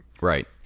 Right